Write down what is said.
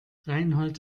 reinhold